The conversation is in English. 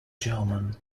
german